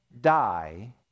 die